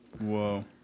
Whoa